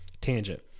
tangent